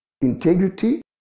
Integrity